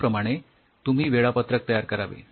याप्रमाणे तुम्ही वेळापत्रक तयार करावे